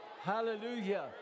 Hallelujah